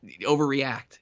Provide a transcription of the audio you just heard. overreact